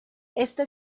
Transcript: este